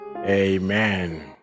amen